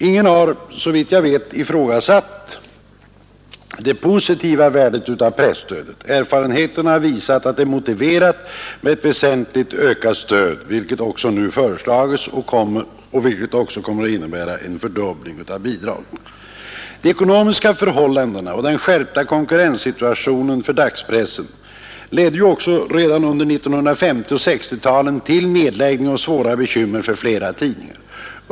Ingen har, såvitt jag vet, ifrågasatt det positiva värdet av presstödet. Erfarenheterna har visat att det är motiverat med ett väsentligt ökat stöd. Ett sådant har nu också föreslagits och kommer att innebära en fördubbling av bidragen. De ekonomiska förhållandena och den skärpta konkurrenssituationen för dagspressen ledde redan under 1950 och 1960-talen till svåra bekymmer och nedläggning för flera tidningar.